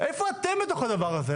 איפה אתם בתוך הדבר הזה?